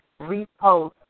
repost